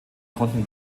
konnten